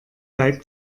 leib